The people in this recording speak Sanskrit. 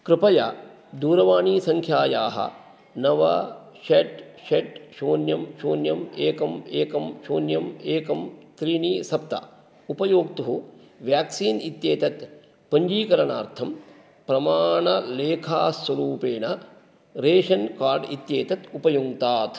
कृपया दूरवाणीसङ्ख्यायाः नव षट् षट् शून्यं शून्यम् एकम् एकं शून्यम् एकं त्रीणि सप्त उपयोक्तुः व्याक्सीन् इत्येतत् पञ्जीकरणार्थं प्रमाणं लेखस्वरूपेण रेशन् कार्ड् इत्येतत् उपयुङ्क्तात्